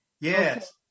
Yes